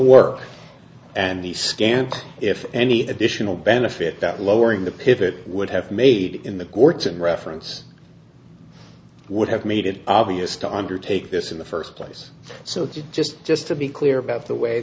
work and the scant if any additional benefit that lowering the pivot would have made in the courts and reference would have made it obvious to undertake this in the first place so it's just just to be clear about the way